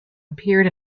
appeared